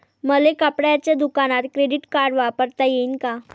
मले कपड्याच्या दुकानात क्रेडिट कार्ड वापरता येईन का?